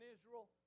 Israel